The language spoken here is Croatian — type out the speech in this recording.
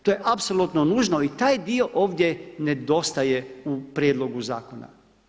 To je apsolutno nužno i taj dio ovdje nedostaje u prijedlogu zakona.